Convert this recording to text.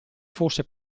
fosse